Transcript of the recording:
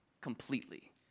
completely